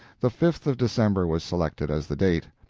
the fifth of december was selected as the date.